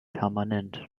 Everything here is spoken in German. permanent